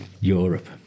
Europe